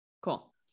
Cool